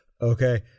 Okay